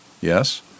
yes